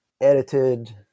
edited